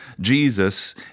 Jesus